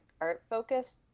art-focused